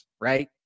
right